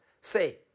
say